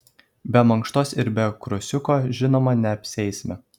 be mankštos ir be krosiuko žinoma neapsieisime